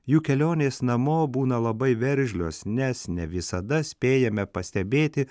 jų kelionės namo būna labai veržlios nes ne visada spėjame pastebėti